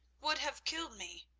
would have killed me.